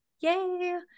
Yay